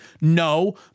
No